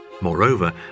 Moreover